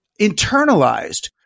internalized